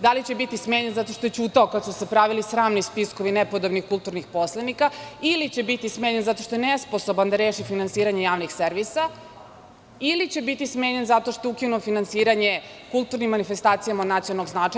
Da li će biti smenjen zato što je ćutao kada su se pravili sramni spiskovi nepodobnih kulturnih poslanika, ili će biti smenjen zato što je nesposoban da reši finansiranje javnih servisa, ili će biti smenjen zato što je ukinuo finansiranje kulturnim manifestacijama od nacionalnog značaja?